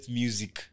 music